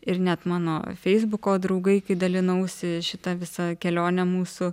ir net mano feisbuko draugai kai dalinausi šita visa kelione mūsų